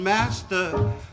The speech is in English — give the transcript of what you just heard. Master